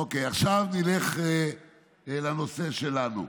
אוקיי, עכשיו נלך לנושא שלנו.